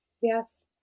Yes